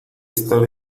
estar